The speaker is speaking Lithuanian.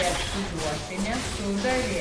bet suduoti nesudavė